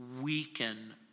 weaken